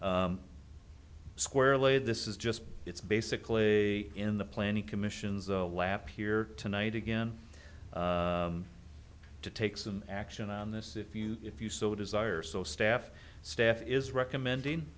squarely this is just it's basically in the planning commission's alap here tonight again to take some action on this if you if you so desire so staff staff is recommending